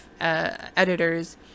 editors